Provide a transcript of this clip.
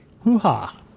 Hoo-ha